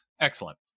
Excellent